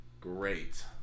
great